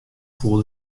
foel